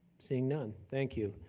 seeing none, thank you.